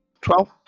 Twelve